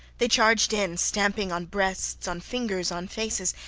they charged in, stamping on breasts, on fingers, on faces,